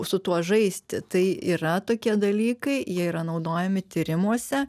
su tuo žaisti tai yra tokie dalykai jie yra naudojami tyrimuose